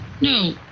No